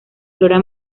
flora